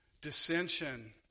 dissension